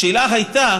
השאלה הייתה